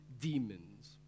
demons